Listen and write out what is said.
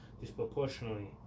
disproportionately